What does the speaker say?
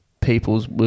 peoples